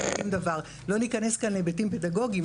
לא ניכנס כאן להיבטים פדגוגית,